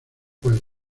juego